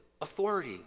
authority